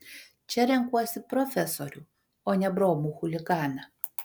čia renkuosi profesorių o ne bromų chuliganą